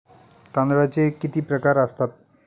तांदळाचे किती प्रकार असतात?